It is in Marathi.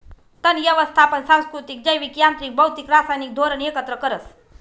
तण यवस्थापन सांस्कृतिक, जैविक, यांत्रिक, भौतिक, रासायनिक धोरण एकत्र करस